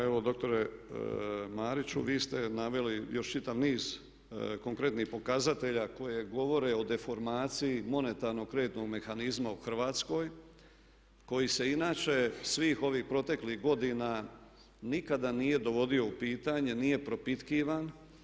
Evo doktore Mariću vi ste naveli još čitav niz konkretnih pokazatelja koji govore o deformaciji monetarno-kreditnog mehanizma u Hrvatskoj koji se inače svih ovih proteklih godina nikada nije dovodio u pitanje, nije propitkivan.